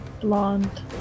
blonde